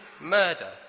murder